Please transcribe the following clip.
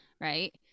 right